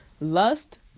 Lust